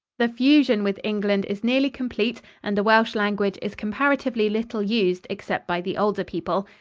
the fusion with england is nearly complete and the welsh language is comparatively little used except by the older people.